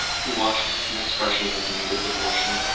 who watched with an expression of mingled devotion,